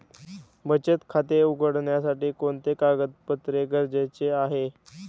बचत खाते उघडण्यासाठी कोणते कागदपत्रे गरजेचे आहे?